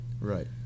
right